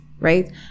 right